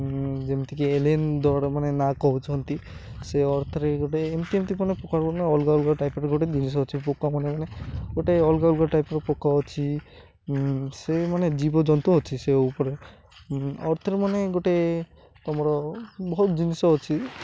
ଯେମିତିକି ଏଲିଏନ୍ ଦଡ଼ ମାନେ ନା କହୁଛନ୍ତି ସେ ଅର୍ଥରେ ଗୋଟେ ଏମିତି ଏମିତି ମାନେ ପୋକ ଅଲଗା ଅଲଗା ଟାଇପ୍ର ଗୋଟେ ଜିନିଷ ଅଛି ପୋକ ମାନେ ମାନେ ଗୋଟେ ଅଲଗା ଅଲଗା ଟାଇପ୍ର ପୋକ ଅଛି ସେ ମାନେ ଜୀବ ଜନ୍ତୁ ଅଛି ସେ ଉପରେ ଅର୍ଥରେ ମାନେ ଗୋଟେ ତମର ବହୁତ ଜିନିଷ ଅଛି